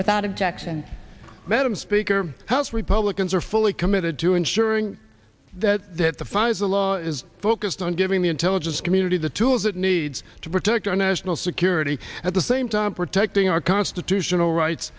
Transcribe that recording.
without objection madam speaker house republicans are fully committed to ensuring that that the pfizer law is focused on giving the intelligence community the tools it needs to protect our national security at the same time protecting our constitutional rights